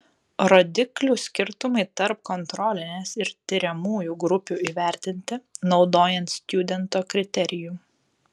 rodiklių skirtumai tarp kontrolinės ir tiriamųjų grupių įvertinti naudojant stjudento kriterijų